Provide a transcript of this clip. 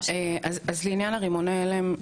אז לעניין רימוני ההלם,